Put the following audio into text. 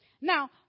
Now